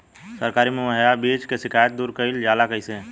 सरकारी मुहैया बीज के शिकायत दूर कईल जाला कईसे?